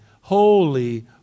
holy